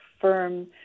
firm